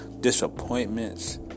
disappointments